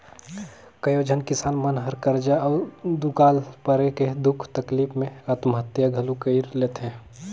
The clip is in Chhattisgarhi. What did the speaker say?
कयोझन किसान मन हर करजा अउ दुकाल परे के दुख तकलीप मे आत्महत्या घलो कइर लेथे